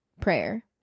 prayer